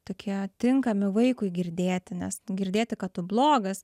tokie tinkami vaikui girdėti nes girdėti kad tu blogas